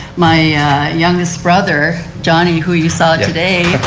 my youngest brother, donnie, who you saw today,